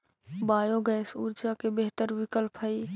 biogas ऊर्जा के बेहतर विकल्प हई